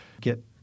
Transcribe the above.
get